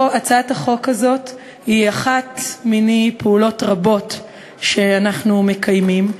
הצעת החוק הזאת היא פעולה אחת מני רבות שאנחנו מקיימים.